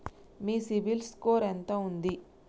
మీ CIBIL score ఎంత ఉంది?